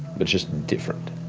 but just different